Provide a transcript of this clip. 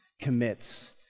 commits